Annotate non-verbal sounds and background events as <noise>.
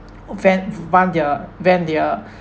<noise> offend vent their vent their <breath>